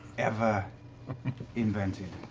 ever invented!